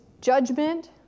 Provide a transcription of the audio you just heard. judgment